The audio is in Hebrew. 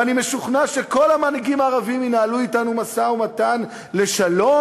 ואני משוכנע שכל המנהיגים הערבים ינהלו אתנו משא-ומתן לשלום,